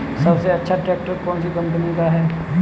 सबसे अच्छा ट्रैक्टर कौन सी कम्पनी का है?